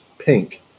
Pink